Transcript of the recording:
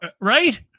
Right